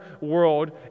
world